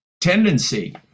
tendency